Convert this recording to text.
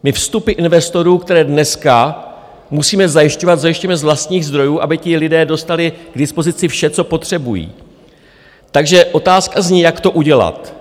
My vstupy investorů, které dneska musíme zajišťovat, zajišťujeme z vlastních zdrojů, aby ti lidé dostali k dispozici vše, co potřebují, takže otázka zní, jak to udělat.